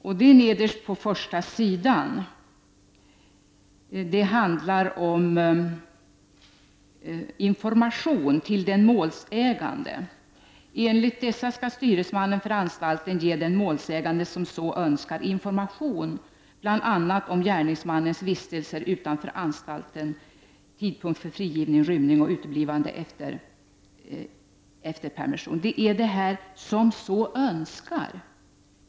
Följande står i tredje stycket av interpellationssvaret och handlar om information till den målsägande: ”Enligt dessa skall styresmannen för anstalten ge den målsägande som så önskar information bl.a. om gärningsmannens vistelser utanför anstalten, tidpunkt för frigivning, rymning och uteblivande efter permission.” Vad är tanken bakom formuleringen ”som så önskar”?